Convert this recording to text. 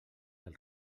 del